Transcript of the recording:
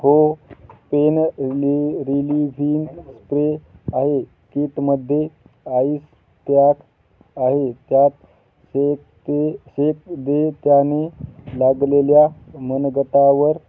हो पेन रिली relieving spray आहे कीटमध्ये आईस प्याक आहे त्यात शेक ते शेक दे त्याने लागलेल्या मनगटावर